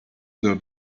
other